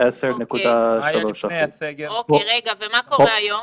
10.3%. ומה קורה היום?